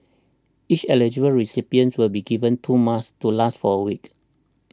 each eligible recipient will be given two masks to last for a week